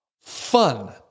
fun